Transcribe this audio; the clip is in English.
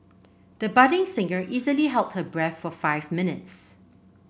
the budding singer easily held her breath for five minutes